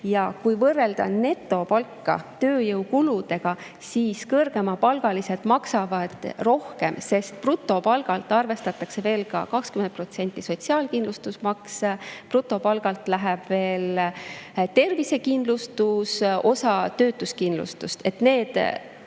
Ja kui võrrelda netopalka tööjõukuludega, siis kõrgemapalgalised maksavad rohkem, sest brutopalgalt arvestatakse veel ka 20% sotsiaalkindlustusmakse, brutopalgalt läheb veel tervisekindlustus ja osa töötuskindlustust, need